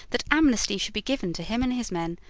that amnesty should be given to him and his men,